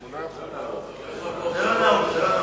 לפי ראות עיני גם הוא אינו נוכח במליאה ברגע זה,